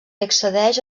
accedeix